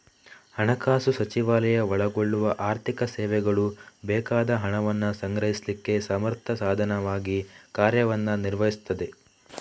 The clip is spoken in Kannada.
ಹಣಕಾಸು ಸಚಿವಾಲಯ ಒಳಗೊಳ್ಳುವ ಆರ್ಥಿಕ ಸೇವೆಗಳು ಬೇಕಾದ ಹಣವನ್ನ ಸಂಗ್ರಹಿಸ್ಲಿಕ್ಕೆ ಸಮರ್ಥ ಸಾಧನವಾಗಿ ಕಾರ್ಯವನ್ನ ನಿರ್ವಹಿಸ್ತದೆ